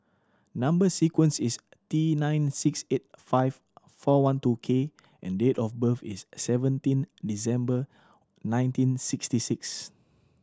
number sequence is T nine six eight five four one two K and date of birth is seventeen December nineteen sixty six